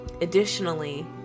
Additionally